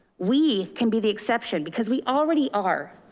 we can be the exception because we already are.